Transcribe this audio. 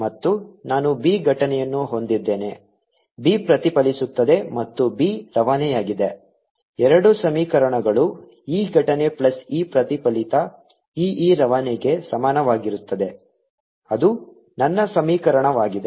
ಮತ್ತು ನಾನು b ಘಟನೆಯನ್ನು ಹೊಂದಿದ್ದೇನೆ b ಪ್ರತಿಫಲಿಸುತ್ತದೆ ಮತ್ತು b ರವಾನೆಯಾಗಿದೆ ಎರಡು ಸಮೀಕರಣಗಳು e ಘಟನೆ ಪ್ಲಸ್ e ಪ್ರತಿಫಲಿತ e e ರವಾನೆಗೆ ಸಮಾನವಾಗಿರುತ್ತದೆ ಅದು ನನ್ನ ಸಮೀಕರಣವಾಗಿದೆ